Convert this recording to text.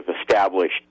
established